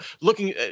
looking